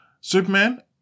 Superman